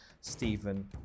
Stephen